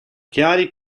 chiari